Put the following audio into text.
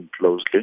closely